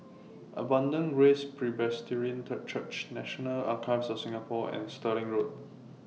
Abundant Grace Presbyterian Church National Archives of Singapore and Stirling Road